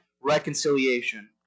reconciliation